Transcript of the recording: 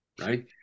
right